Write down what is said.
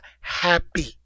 happy